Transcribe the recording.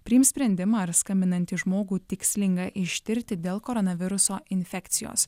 priims sprendimą ar skambinantį žmogų tikslinga ištirti dėl koronaviruso infekcijos